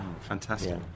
Fantastic